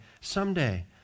someday